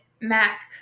Mac